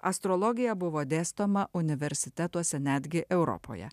astrologija buvo dėstoma universitetuose netgi europoje